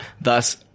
Thus